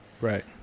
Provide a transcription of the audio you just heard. Right